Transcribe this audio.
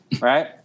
right